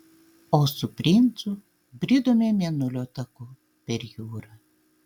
o su princu bridome mėnulio taku per jūrą